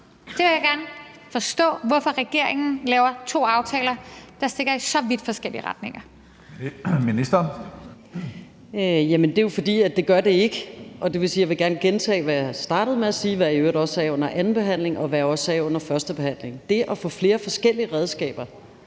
og boligministeren (Pernille Rosenkrantz-Theil): Jamen det er jo, fordi det gør det ikke. Jeg vil gerne gentage, hvad jeg startede med at sige, og hvad jeg i øvrigt også sagde under andenbehandlingen, og hvad jeg også sagde under førstebehandlingen: Det at få flere forskellige redskaber